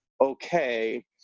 okay